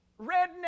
redneck